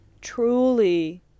truly